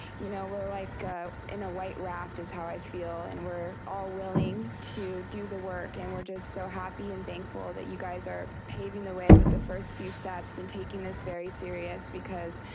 you know, we're like in a white raft, is how i feel. and we're all willing to do the work and we're just so happy and thankful that you guys are paving the way with the first few steps and taking this very serious. because